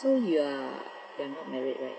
so you are you're not married right